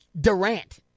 Durant